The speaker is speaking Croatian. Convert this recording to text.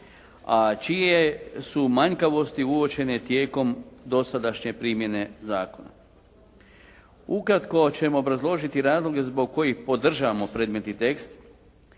a čije su manjkavosti uočene tijekom dosadašnje primjene zakona. Ukratko ćemo obrazložiti razloge zbog kojih podržavamo predmetni tekst.